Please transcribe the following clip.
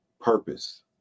purpose